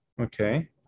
Okay